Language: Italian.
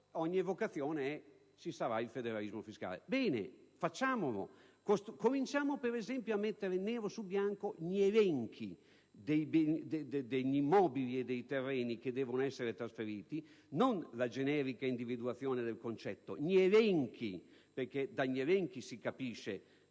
ogni volta si evoca il federalismo fiscale. Ebbene, facciamolo! Cominciamo, per esempio, a mettere nero su bianco gli elenchi degli immobili e dei terreni che devono essere trasferiti: non la generica individuazione del concetto, ma gli elenchi, perché da essi si capisce se